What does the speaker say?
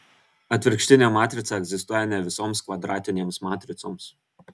atvirkštinė matrica egzistuoja ne visoms kvadratinėms matricoms